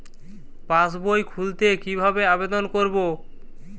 পাসবই খুলতে কি ভাবে আবেদন করব?